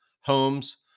homes